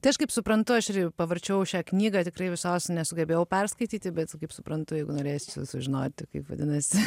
tai aš kaip suprantu aš ir pavarčiau šią knygą tikrai visos nesugebėjau perskaityti bet kaip suprantu jeigu norėsi sužinoti kaip vadinasi